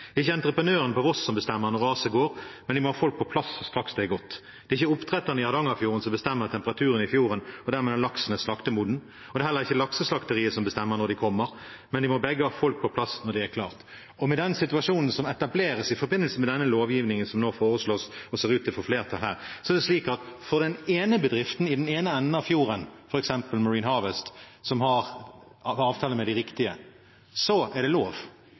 plass straks det har gått. Det er ikke oppdretterne ved Hardangerfjorden som bestemmer temperaturen i fjorden og dermed når laksen er slaktemoden, og det er heller ikke lakseslakteriet som bestemmer når de skal komme – de må begge ha folk på plass når det er klart. Med situasjonen som etableres i forbindelse med lovgivningen som nå foreslås og ser ut til å få flertall her, blir det lov for den ene bedriften i den ene enden av fjorden, f.eks. Marine Harvest, som har avtale med de riktige, mens for den andre, hvor far og sønn aldri har skjønt at de skulle være medlemmer av forskjellige foreninger, hvor den ansatte er arving og arbeidsgiver er far, blir det